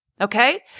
Okay